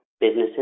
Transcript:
businesses